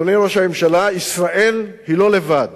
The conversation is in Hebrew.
אדוני ראש הממשלה, ישראל לא לבד,